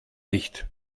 nicht